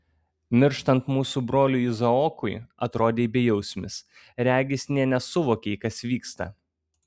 mirštant mūsų broliui izaokui atrodei bejausmis regis nė nesuvokei kas vyksta